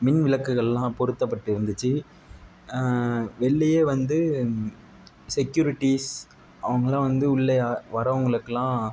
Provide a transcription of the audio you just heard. மின்விளக்குகளெலாம் பொறுத்தப்பட்டிருந்துச்சு வெளிலையே வந்து செக்யூரிட்டிஸ் அவர்களாம் உள்ளே வரவங்களுக்கெலாம்